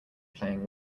playing